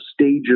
stages